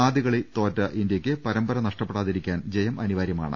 ആദ്യ കളിയിൽ തോറ്റ ഇന്ത്യക്ക് പരമ്പര നഷ്ടപ്പെടാതിരിക്കാൻ ജയ്ം അനിവാര്യമാണ്